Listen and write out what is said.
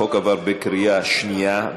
החוק עבר בקריאה שנייה.